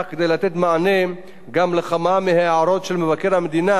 מבקר המדינה בדוח שפרסם אודות אסון הכרמל.